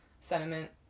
sentiment